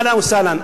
אהלן וסהלן,